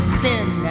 sin